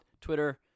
Twitter